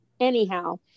anyhow